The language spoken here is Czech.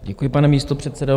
Děkuji, pane místopředsedo.